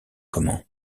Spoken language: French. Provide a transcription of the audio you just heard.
comment